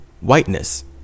whiteness